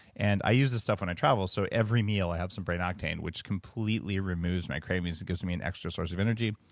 and i use this stuff when i travel, and so every meal i have some brain octane, which completely removes my cravings and gives me and extra source of energy.